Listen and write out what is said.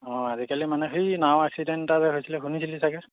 অঁ আজিকালি মানে সেই নাও এক্সিডেণ্ট এটা যে হৈছিলে শুনিছিলি চাগে